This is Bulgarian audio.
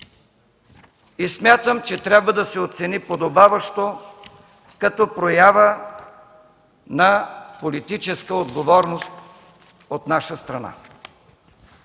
и смятам, че трябва да се оцени подобаващо, като проява на политическа отговорност от наша страна.